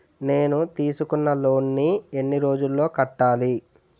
నేను తీసుకున్న లోన్ నీ ఎన్ని రోజుల్లో కట్టాలి?